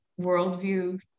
worldview